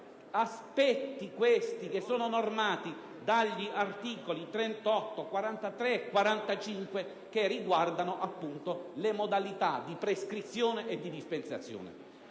aspetti questi che sono normati dagli articoli 38, 43 e 45, che riguardano appunto le modalità di prescrizione e di dispensazione.